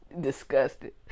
disgusted